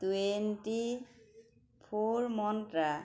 twenty four mantra